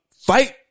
fight